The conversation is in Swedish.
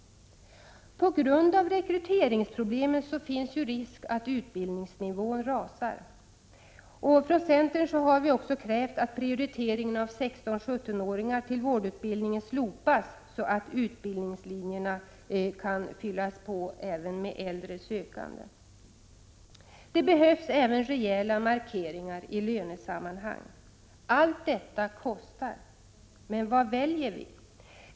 På grund av rekryteringsproblemen finns ju risk att utbildningsnivån rasar. Centern har också krävt att prioriteringen av 16-17-åringar till vårdutbildningen slopas, så att utbildningslinjerna kan fyllas på med även äldre sökande. — Det behövs även rejäla markeringar i lönesammanhang. Allt detta kostar, men vad väljer vi?